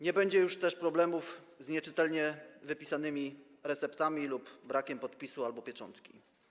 Nie będzie już też problemów z nieczytelnie wypisanymi receptami lub z brakiem podpisu albo pieczątki.